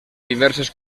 diverses